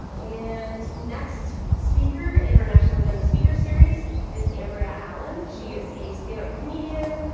and, next speaker in our national agenda speaker series is amberia allen. she is a standup comedian,